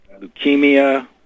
leukemia